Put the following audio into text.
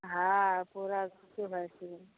हॅं पुरा डुबल छी